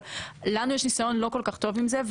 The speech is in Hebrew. אבל לנו יש ניסיון לא כל כך טוב עם זה.